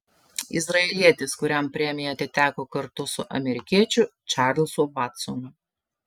izraelietis kuriam premija atiteko kartu su amerikiečiu čarlzu vatsonu